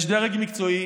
יש דרג מקצועי,